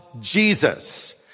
Jesus